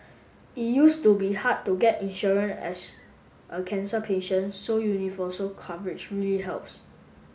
it used to be hard to get insurance as a cancer patient so universal coverage really helps